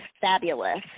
fabulous